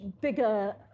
bigger